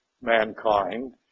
mankind